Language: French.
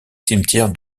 cimetière